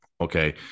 Okay